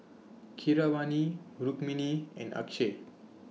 Keeravani Rukmini and Akshay